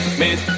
miss